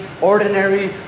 ordinary